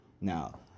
Now